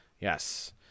Yes